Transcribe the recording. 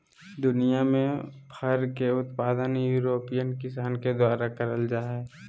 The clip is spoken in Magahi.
दुनियां में फर के उत्पादन यूरोपियन किसान के द्वारा करल जा हई